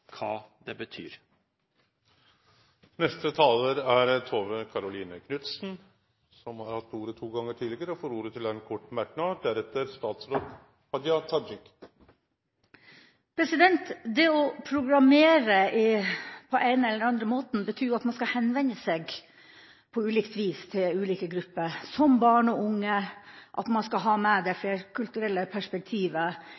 det betyr. Representanten Tove Karoline Knutsen har hatt ordet to gonger tidlegare og får ordet til ein kort merknad, avgrensa til 1 minutt. Det å programmere på den ene eller andre måten betyr at man skal henvende seg på ulikt vis til ulike grupper, som barn og unge, at man skal ha med